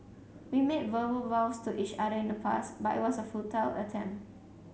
we made verbal vows to each other in the past but it was a futile attempt